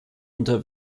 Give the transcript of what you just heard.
unter